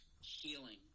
healing